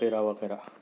وغیرہ وغیرہ